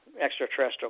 extraterrestrial